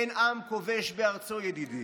אין עם כובש בארצו, ידידי.